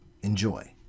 Enjoy